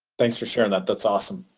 thanks for sharing that. that's awesome.